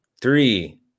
three